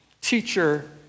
teacher